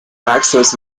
access